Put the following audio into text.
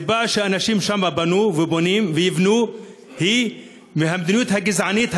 הסיבה שהאנשים שם בנו ובונים ויבנו היא המדיניות הגזענית,